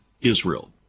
Israel